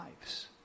lives